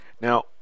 Now